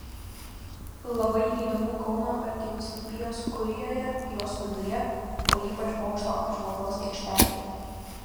labai įdomu kauno arkivyskupijos kurijoje jos viduje o ypač bokšto apžvalgos aikštelėje